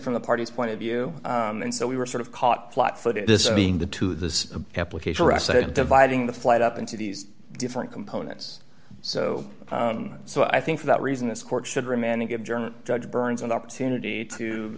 from the parties point of view and so we were sort of caught flat footed this being the to this application reseda dividing the flight up into these different components so so i think for that reason this court should remand a good german judge burns an opportunity to